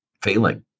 Failing